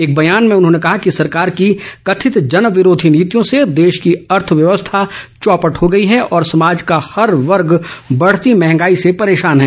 एक बयान में उन्होंने कहा कि सरकार की कथित जन विराधी नीतियों से देश की अर्थव्यवस्था चौपट हो गई है और समाज का हर वर्ग बढ़ती मंहगाई से परेशान है